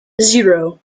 zero